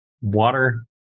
water